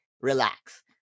relax